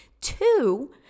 Two